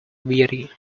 weary